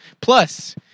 Plus